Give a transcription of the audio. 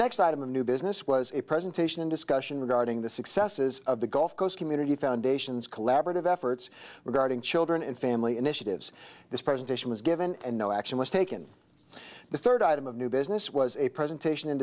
next item of new business was a presentation in discussion regarding the successes of the gulf coast community foundation's collaborative efforts regarding children and family initiatives this presentation was given and no action was taken the third item of new business was a presentation